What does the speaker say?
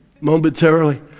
Momentarily